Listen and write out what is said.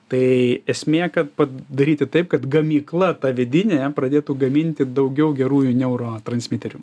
tai esmė kad padaryti taip kad gamykla ta vidinė pradėtų gaminti daugiau gerųjų neurotransmiterių